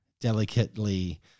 delicately